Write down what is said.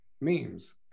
memes